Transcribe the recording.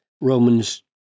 Romans